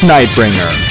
Nightbringer